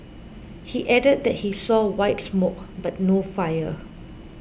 he added that he saw white smoke but no fire